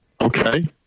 Okay